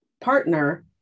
partner